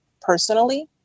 personally